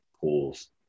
pools